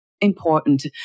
important